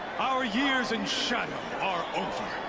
our years in shadow are over!